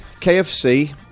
KFC